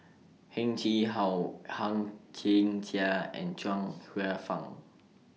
Heng Chee How Hang Chang Chieh and Chuang Hsueh Fang